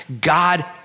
God